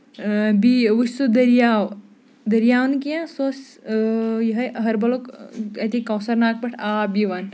بیٚیہِ وٕچھ سُہ دریاو دریاو نہٕ کیٚنٛہہ سُہ اوس یِہوے اَہربَلُک اَتہِ کونسر ناگ پٮ۪ٹھ آب یِوان